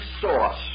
source